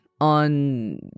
on